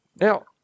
Now